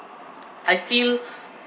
I feel